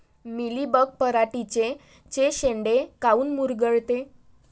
Mealybug पराटीचे चे शेंडे काऊन मुरगळते?